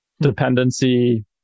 Dependency